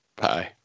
Bye